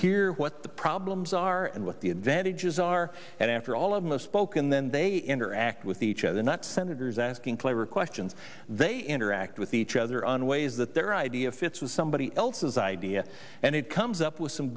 hear what the problems are and what the advantages are and after all of those spoken then they interact with each other not senators asking clever questions they interact with each other on ways that their idea fits with somebody else's idea and it comes up with some